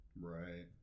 right